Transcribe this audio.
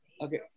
Okay